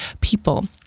people